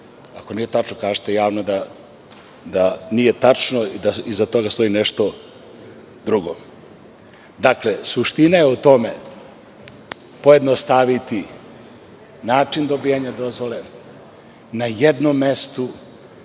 ako nije tačno kažite javno da nije tačno i da iza toga stoji nešto drugo. Dakle, suština je u tome pojednostaviti način dobijanja dozvole, na jednom mestu,